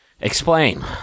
Explain